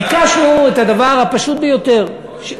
ביקשנו את הדבר הפשוט ביותר.